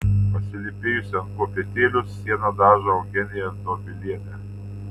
pasilypėjusi ant kopėtėlių sieną dažo eugenija dobilienė